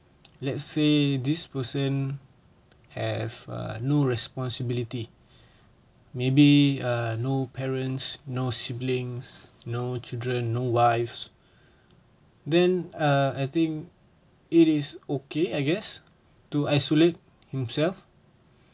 let's say this person have uh no responsibility maybe uh no parents no siblings no children no wives then uh I think it is okay I guess to isolate himself